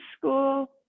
School